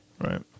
Right